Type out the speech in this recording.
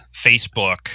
Facebook